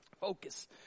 Focus